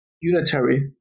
unitary